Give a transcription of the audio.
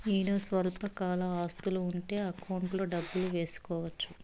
ఈడ స్వల్పకాల ఆస్తులు ఉంటే అకౌంట్లో డబ్బులు వేసుకోవచ్చు